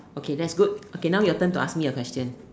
okay that's good now your turn to ask me a question